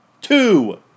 Two